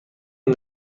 این